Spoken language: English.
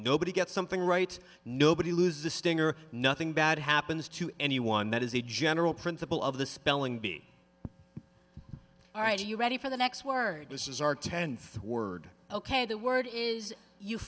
nobody gets something right nobody loses a stinger nothing bad happens to anyone that is a general principle of the spelling bee all right you ready for the next word this is our tenth word ok the word is